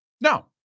No